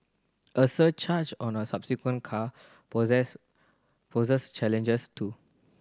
a surcharge on a subsequent car poses poses challenges too